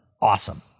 awesome